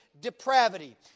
depravity